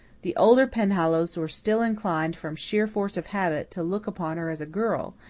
the older penhallows were still inclined, from sheer force of habit, to look upon her as a girl,